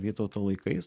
vytauto laikais